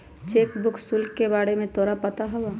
Cheque book शुल्क के बारे में तोरा पता हवा?